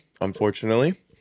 unfortunately